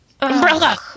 umbrella